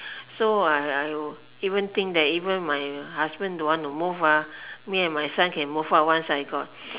so I I will even think that even my husband don't want to move me and my son can move out once I got